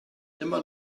immer